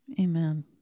Amen